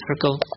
circle